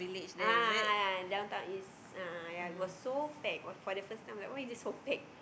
ah ya ya Downtown-East a'ah ya it was so packed for for the first time why is it so packed